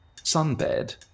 sunbed